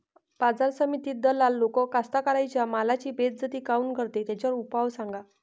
बाजार समितीत दलाल लोक कास्ताकाराच्या मालाची बेइज्जती काऊन करते? त्याच्यावर उपाव सांगा